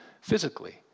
physically